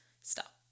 Stop